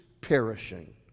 perishing